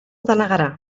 denegarà